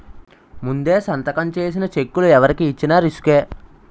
ముందే సంతకం చేసిన చెక్కులు ఎవరికి ఇచ్చిన రిసుకే